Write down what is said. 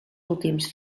últims